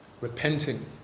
repenting